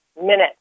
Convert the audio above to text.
minutes